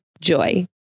Joy